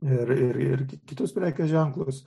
ir ir kitus prekių ženklus